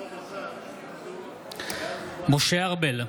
(קורא בשם חבר הכנסת) משה ארבל,